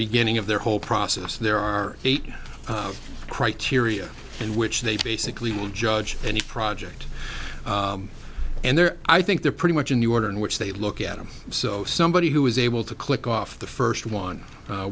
beginning of their whole process there are eight criteria in which they basically will judge any project and they're i think they're pretty much in the order in which they look at them so somebody who is able to click off the first one